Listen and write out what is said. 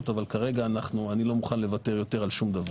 אבל כרגע אני לא מוכן לוותר יותר על שום דבר.